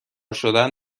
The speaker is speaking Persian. شدن